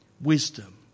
Wisdom